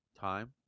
time